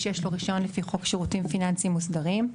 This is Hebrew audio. שיש לו רישיון לפי חוק שירותים פיננסים מוסדרים.